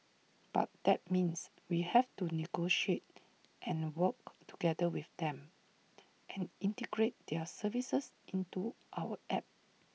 but that means we have to negotiate and work together with them and integrate their services into our app